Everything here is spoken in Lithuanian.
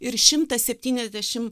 ir šimtas septyniasdešim